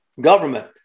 government